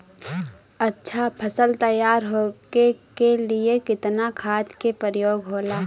अच्छा फसल तैयार होके के लिए कितना खाद के प्रयोग होला?